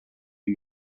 uma